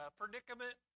predicament